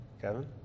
Kevin